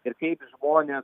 ir kaip žmonės